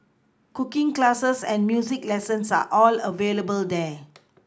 cooking classes and music lessons are all available there